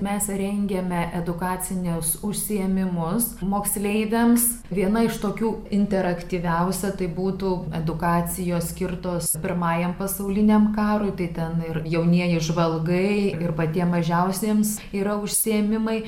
mes rengiame edukacinius užsiėmimus moksleiviams viena iš tokių interaktyviausia tai būtų edukacijos skirtos pirmajam pasauliniam karui tai ten ir jaunieji žvalgai ir patiems mažiausiems yra užsiėmimai